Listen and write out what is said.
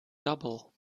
double